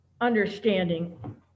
understanding